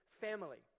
family